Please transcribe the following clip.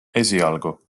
esialgu